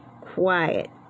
quiet